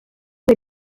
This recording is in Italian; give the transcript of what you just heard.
per